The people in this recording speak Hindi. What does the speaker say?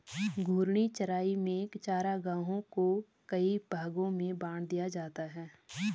घूर्णी चराई में चरागाहों को कई भागो में बाँट दिया जाता है